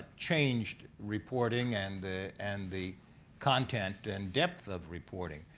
changed reporting and the and the content and depth of reporting.